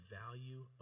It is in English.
value